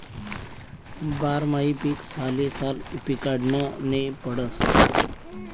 बारमाही पीक सालेसाल पिकाडनं नै पडस